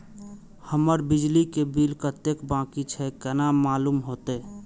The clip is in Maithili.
हमर बिजली के बिल कतेक बाकी छे केना मालूम होते?